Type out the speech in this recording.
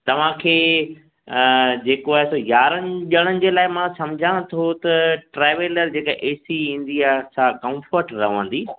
तव्हां खे जेको आहे सो यारहंनि ॼणनि जे लाइ मां समिझां थो त ट्रावेलर जेका ए सी ईंदी आहे सा कंफर्ट रहंदी